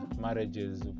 marriages